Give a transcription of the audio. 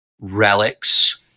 relics